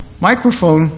Microphone